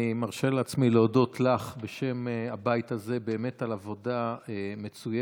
אני מרשה לעצמי להודות לך בשם הבית הזה באמת על עבודה מצוינת.